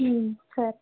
సరే